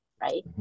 right